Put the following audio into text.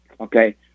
okay